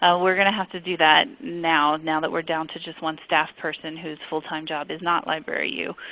ah we're going to have to do that now, now that we're done to just one staff person whose full time job is not libraryyou.